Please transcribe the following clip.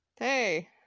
Hey